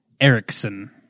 Erickson